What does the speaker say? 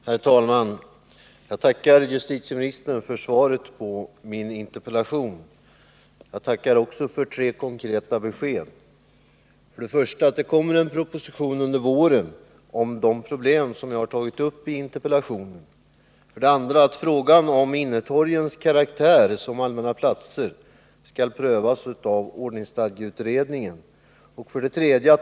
Herr talman! Jag tackar justitieministern för svaret på min interpellation. Jag tackar också för tre konkreta besked: 1. Det kommer en proposition under våren om de problem som jag har tagit upp i interpellationen. 2. Frågan om innetorgens karaktär som allmänna platser skall prövas av ordningsstadgeutredningen. 3.